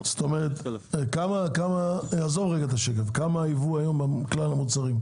כמה היבוא היום על כלל המוצרים?